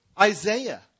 Isaiah